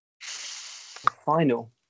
Final